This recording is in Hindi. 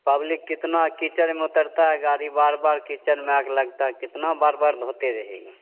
पब्लिक कितना कीचड़ में उतरती है गाड़ी बार बार कीचड़ में आकर लगती है कितनी बार बार धोते रहेगी